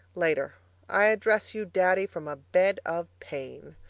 later i address you, daddy, from a bed of pain.